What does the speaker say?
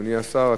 אדוני השר,